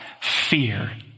Fear